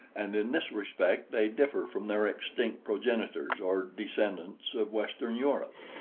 and in this respect they differ from their extinct progenitors, or descendants, of western europe.